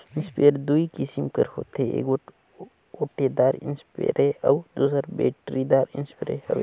sprayer दूई किसिम कर होथे एगोट ओटेदार इस्परे अउ दूसर बेटरीदार इस्परे हवे